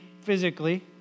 physically